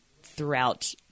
throughout